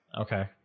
Okay